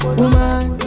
woman